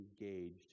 engaged